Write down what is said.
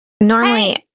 normally